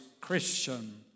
Christian